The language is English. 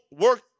work